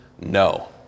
no